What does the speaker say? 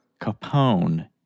Capone